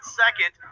second